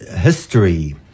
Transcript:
history